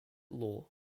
law